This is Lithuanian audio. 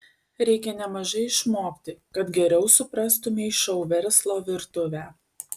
reikia nemažai išmokti kad geriau suprastumei šou verslo virtuvę